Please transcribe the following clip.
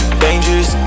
dangerous